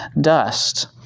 dust